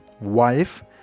Wife